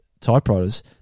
typewriters